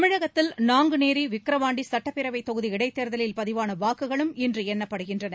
தமிழகத்தில் நாங்குநேரி விக்கிரவாண்டிசுட்டப்பேரவைத் தொகுதி இடைத்தேர்தலில் பதிவானவாக்குகளும் இன்றுஎண்ணப்படுகின்றன